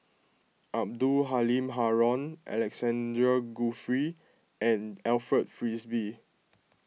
Abdul Halim Haron Alexander Guthrie and Alfred Frisby